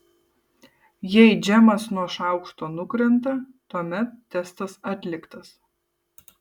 jei džemas nuo šaukšto nukrenta tuomet testas atliktas